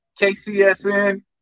KCSN